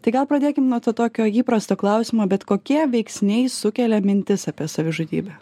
tai gal pradėkim nuo tokio įprasto klausimo bet kokie veiksniai sukelia mintis apie savižudybę